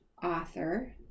author